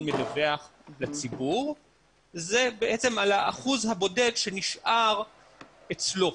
מדווח לציבור זה בעצם על האחוז הבודד שנשאר אצלו